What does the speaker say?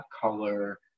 color